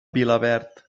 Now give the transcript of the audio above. vilaverd